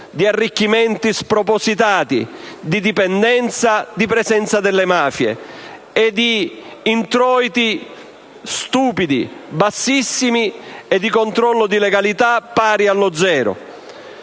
di arricchimenti spropositati, di dipendenza, di presenza delle mafie, di introiti stupidi, bassissimi e di controllo di legalità pari a zero.